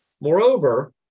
Moreover